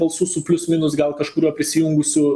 balsų su plius minus gal kažkuriuo prisijungusiu